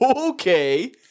okay